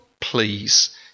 please